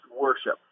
worship